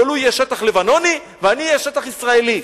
אבל הוא יהיה שטח לבנוני ואני אהיה בשטח ישראלי.